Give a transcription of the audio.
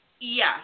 Yes